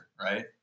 right